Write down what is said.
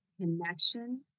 connection